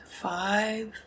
five